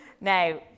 Now